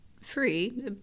free